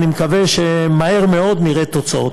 אני מקווה שמהר מאוד נראה תוצאות.